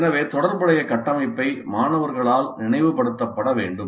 எனவே தொடர்புடைய கட்டமைப்பை மாணவர்களால் நினைவுபடுத்தப்பட வேண்டும்